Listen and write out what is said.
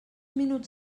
minuts